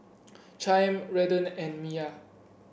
Chaim Redden and Miya